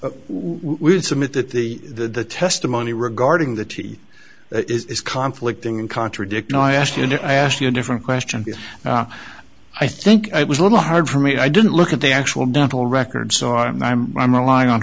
would submit that the the testimony regarding the t v is conflict in contradict i asked you to ask you a different question i think i was a little hard for me i didn't look at the actual dental records so i'm not i'm i'm relying on